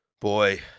Boy